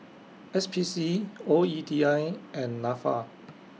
S P C O E T I and Nafa